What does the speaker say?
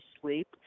sleep